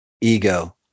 ego